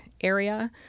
area